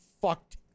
fucked